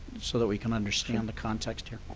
so that we can understand the context here.